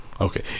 okay